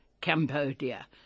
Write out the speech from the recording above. Cambodia